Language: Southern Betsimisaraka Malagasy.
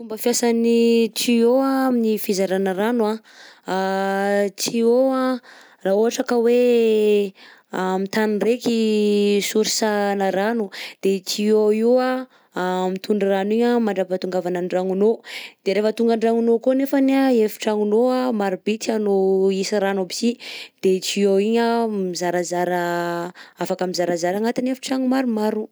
Fomba fiasan'ny tuyau anh amin'ny fizarana ny rano anh, tuyau anh raha ohatra ka hoe am'tany raiky source anà rano de i tuyau io mitondra rano igny anh mandrapahatongavana an-dragnonao de rehefa tonga an-dragnonao koa anefany anh efitragnonao anh maro be tianao hisy rano aby si de tuyau igny anh mizarazara afaka mizarazara agnatin'ny efitragno maromaro.